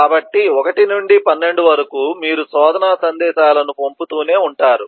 కాబట్టి 1 నుండి 12 వరకు మీరు శోధన సందేశాలను పంపుతూనే ఉంటారు